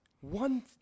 one